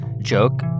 joke